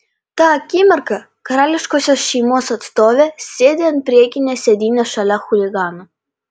tą akimirką karališkosios šeimos atstovė sėdi ant priekinės sėdynės šalia chuligano